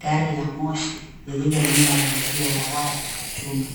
Gari la moshi lililonyuma ya uzio wa waya wa chuma.